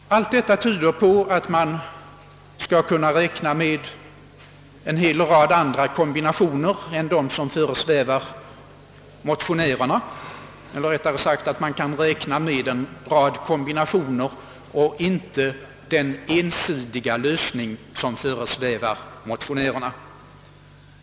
Allt detta tyder på att man kan räkna med en rad kombinationer och inte bara med den ensidiga lösning som föresvävar motionärerna.